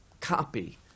copy